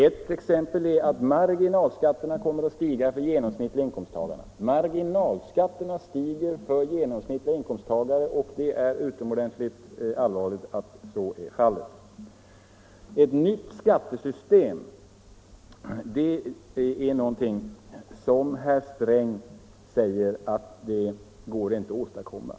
Ett exempel är att marginalskatterna kommer att stiga för de genomsnittliga inkomsttagarna — jag vill understryka det — och det är utomordentligt allvarligt. Ett nytt skattesystem, säger herr Sträng, går inte att åstadkomma.